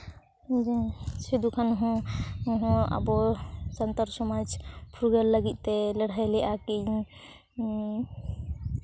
ᱥᱤᱫᱩ ᱠᱟᱹᱱᱩ ᱦᱚᱸ ᱟᱵᱚ ᱥᱟᱱᱛᱟᱲ ᱥᱚᱢᱟᱡᱽ ᱯᱷᱩᱨᱜᱟᱹᱞ ᱞᱟᱹᱜᱤᱫᱛᱮ ᱞᱟᱹᱲᱦᱟᱹᱭ ᱞᱮᱫᱟᱠᱤᱱ